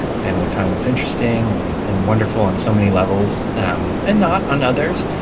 family time was interesting and and wonderful on so many levels um and not on others.